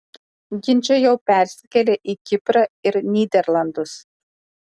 ginčai jau persikėlė į kiprą ir nyderlandus